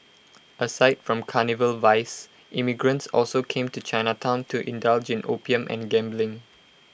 aside from carnal vice immigrants also came to Chinatown to indulge in opium and gambling